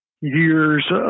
years